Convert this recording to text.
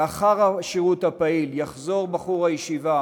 לאחר השירות הפעיל יחזור בחור הישיבה